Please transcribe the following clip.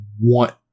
want